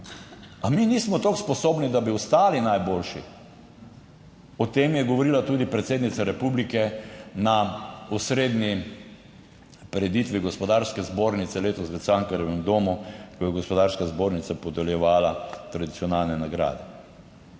a mi nismo toliko sposobni, da bi ostali najboljši. O tem je govorila tudi predsednica republike na osrednji prireditvi Gospodarske zbornice letos v Cankarjevem domu, ko je Gospodarska zbornica podeljevala tradicionalne nagrade.